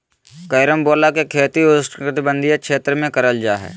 carambola के खेती उष्णकटिबंधीय क्षेत्र में करल जा हय